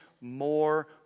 more